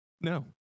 No